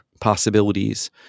possibilities